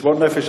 חשבון נפש.